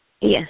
Yes